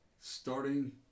starting